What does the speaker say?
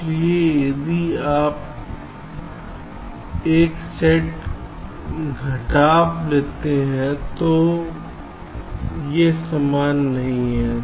इसलिए यदि आप एक सेट घटाव लेते हैं तो ये समान नहीं हैं